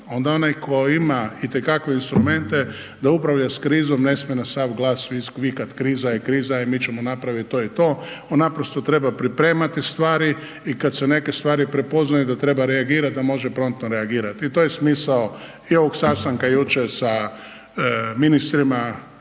onda onaj ko ima itekakve instrumente da upravlja s krizom ne smije na sav glas vikat kriza je, kriza je, mi ćemo napravit to i to, on naprosto treba pripremati stvari i kad se neke stvari prepoznaju da treba reagirat, da može promptno reagirat i to je smisao i ovog sastanka jučer sa ministrima